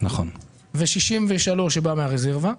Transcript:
ו-63 מיליון שקל שבאים מן הרזרבה,